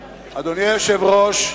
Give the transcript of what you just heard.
היושב-ראש,